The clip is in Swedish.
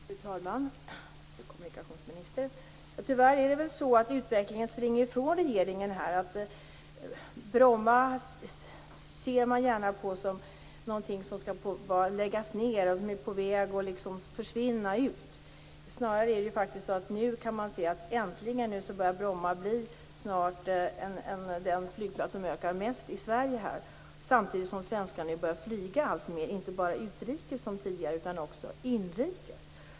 Fru talman! Fru kommunikationsminister! Tyvärr är det väl så att utvecklingen här springer ifrån regeringen. Man ser gärna Bromma som något som skall läggas ned och som är på väg att försvinna. Snarare kan vi nu se att Bromma äntligen börjar bli den flygplats som ökar mest i Sverige samtidigt som svenskarna börjar flyga alltmer, inte bara utrikes som tidigare utan också inrikes.